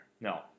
No